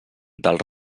del